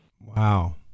Wow